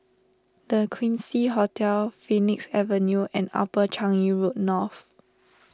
the Quincy Hotel Phoenix Avenue and Upper Changi Road North